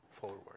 forward